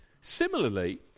Similarly